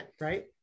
right